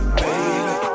baby